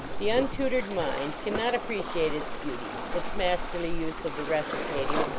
the untutored mind can not appreciate its beauties, its masterly use of the recitative,